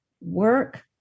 work